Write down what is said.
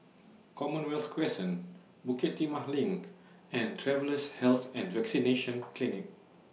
Commonwealth Crescent Bukit Timah LINK and Travellers' Health and Vaccination Clinic